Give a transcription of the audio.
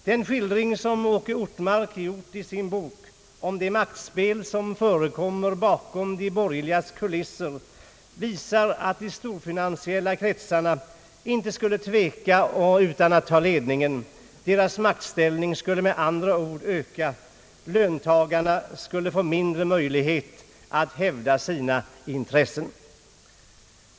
Den skildring som Åke Ortmark gett i sin bok av det maktspel som förekommer bakom de borgerligas kulisser visar att de storfinansiella kretsarna inte skulle tveka utan ta ledningen. Deras maktställning skulle med andra ord öka. Löntagarna skulle få mindre möjlighet att hävda sina intressen.